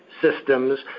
systems